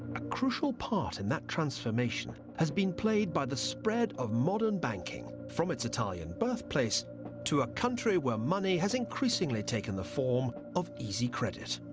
a crucial part in that transformation has been played by the spread of modern banking from its ltalian birthplace to a country where money has increasingly taken the form of easy credit.